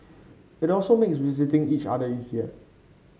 it also makes visiting each other easier